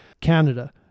Canada